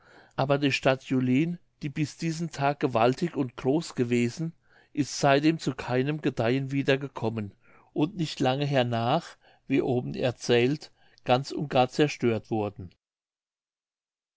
aber die stadt julin die bis diesen tag gewaltig und groß gewesen ist seitdem zu keinem gedeihen wieder gekommen und nicht lange hernach wie oben erzählt ganz und gar zerstört worden